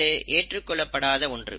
இது ஏற்றுக்கொள்ளப்படாத ஒன்று